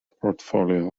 portfolio